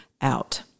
out